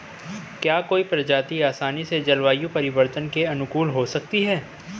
क्या कोई प्रजाति आसानी से जलवायु परिवर्तन के अनुकूल हो सकती है?